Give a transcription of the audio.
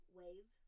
wave